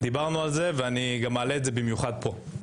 דיברנו על זה, ואני גם מעלה את זה במיוחד פה.